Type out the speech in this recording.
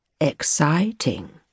Exciting